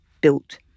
built